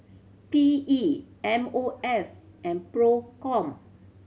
P E M O F and Procom